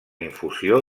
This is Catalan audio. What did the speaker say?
infusió